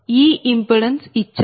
15 ఈ ఇంపిడెన్స్ ఇచ్చారు